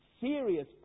serious